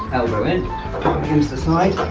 elbow in, palm against the side.